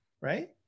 right